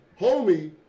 homie